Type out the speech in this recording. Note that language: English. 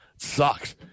Sucks